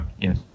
yes